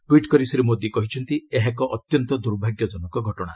tweet କରି ଶ୍ରୀ ମୋଦୀ କହିଛନ୍ତି ଏହାଏକ ଅତ୍ୟନ୍ତ ଦୁର୍ଭାଗ୍ୟଜନକ ଘଟଣା